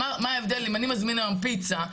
מה ההבדל בין הזמנה של פיצה,